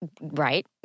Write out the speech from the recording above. Right